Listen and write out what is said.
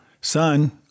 son